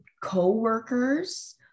co-workers